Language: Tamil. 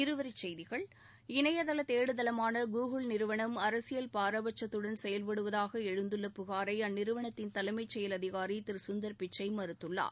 இருவரிச்செய்திகள் இணையதள தேடுதளமான கூகுள் நிறுவனம் அரசியல் பாரபட்சத்தடன் செயல்படுவதாக எழுந்துள்ள புகாரை அந்நிறுவனத்தின் தலைமை செயல் அதிகாரி திரு சுந்தர் பிச்சை மறுத்துள்ளார்